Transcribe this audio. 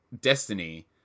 Destiny